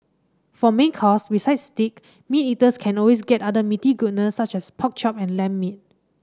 for main course besides steak meat eaters can always get other meaty goodness such as pork chop and lamb meat